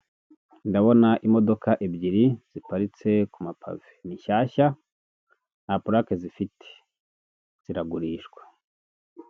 Ndabona imodoka ebyiri ziparitse ku mapave ni nshyashya nta purake zifite ziragurishwa.